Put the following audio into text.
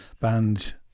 band